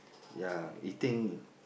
ya eating